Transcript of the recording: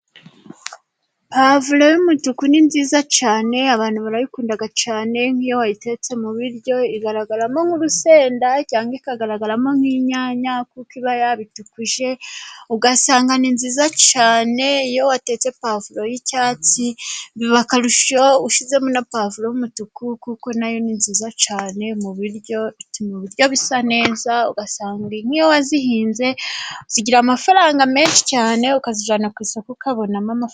pavuro y'umutuku ni nziza cyane abantu barayikunda cyane nk'iyo wayitetse mu biryo igaragaramo nk'urusenda cyangwa ikagaragaramo nk'inyanya kuko iba yabitukuje ugasanga ni nziza cyane iyo watetse pavuro y'icyatsi biba akarusho ushyizemo na pavuro y'umutuku kuko nayo ni nziza cyane ku buryo bituma ibiryo bisa neza inkayo wazihinze zigira amafaranga menshi cyane ukazijyana ku isoko ukabonamo amafranga